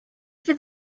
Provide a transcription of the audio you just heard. fydd